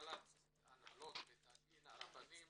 התנהלות בתי הדין הרבניים